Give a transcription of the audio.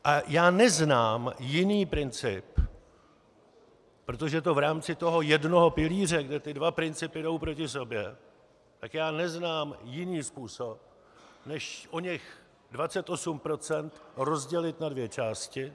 A já neznám jiný princip, protože to v rámci toho jednoho pilíře, kde ty dva principy jdou proti sobě, tak já neznám jiný způsob než oněch 28 % rozdělit na dvě části.